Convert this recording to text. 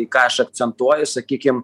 į ką aš akcentuoju sakykim